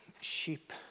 sheep